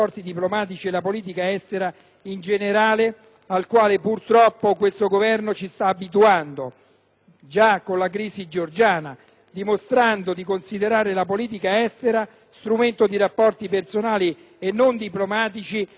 (già con la crisi georgiana), dimostrando di considerare la politica estera strumento di rapporti personali, e non diplomatici, tra i *leader* degli Stati al posto dei loro Governi. E concludo: questa considerazione, vorrei sottolinearlo,